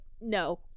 no